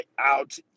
out